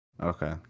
okay